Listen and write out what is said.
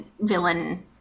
villain